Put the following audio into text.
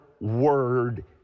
word